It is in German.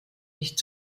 nicht